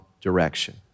direction